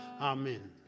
Amen